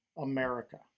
America